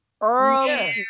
early